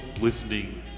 listening